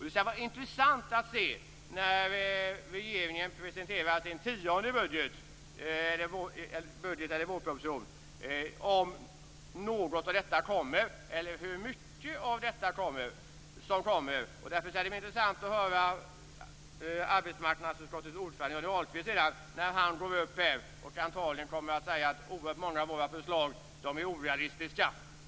Det skall bli intressant att se när regeringen presenterar sin tionde budget - vårpropositionen - hur mycket av detta som kommer med. Därför skall det bli intressant att höra arbetsmarknadsutskottets ordförande Johnny Ahlqvist när han går upp i talarstolen. Han kommer antagligen att säga att oerhört många av våra förslag är orealistiska.